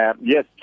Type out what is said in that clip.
yes